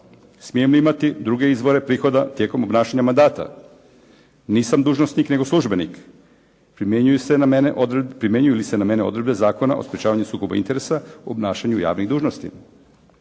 Smijem li imati druge izvore prihoda tijekom obnašanja mandata? Nisam dužnosnik, nego službenik, primjenjuju li se na mene odredbe Zakona o sprečavanju sukoba interesa u obnašanju javnih dužnosti?